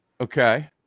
Okay